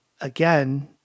again